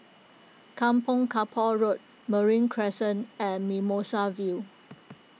Kampong Kapor Road Marine Crescent and Mimosa View